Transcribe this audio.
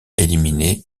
éliminer